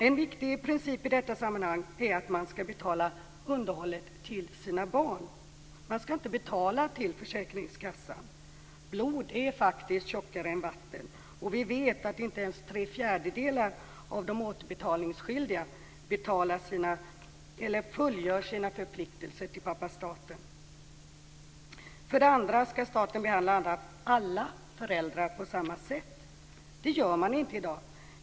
En viktig princip i detta sammanhang är att man skall betala underhållet till sina barn. Man skall inte betala till försäkringskassan. Blod är faktiskt tjockare än vatten, och vi vet att inte ens tre fjärdedelar av de återbetalningsskyldiga fullgör sina förpliktelser till pappa staten. För det andra skall staten behandla alla föräldrar på samma sätt. Det gör man inte i dag.